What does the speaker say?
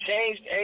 changed